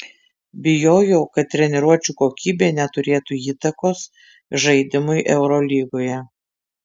bijojau kad treniruočių kokybė neturėtų įtakos žaidimui eurolygoje